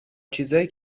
چیزایی